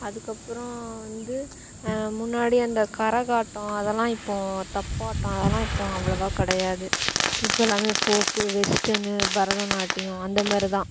அதுக்கப்புறம் வந்து முன்னாடி அந்த கரகாட்டம் அதெல்லாம் இப்போ தப்பாட்டம் அதெல்லாம் இப்போ அவ்வளோவா கிடையாது இப்போ எல்லாம் ஃபோக்கு வெஸ்டர்ன்னு பரதநாட்டியம் அந்தமாரி தான்